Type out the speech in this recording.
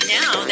now